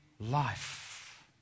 life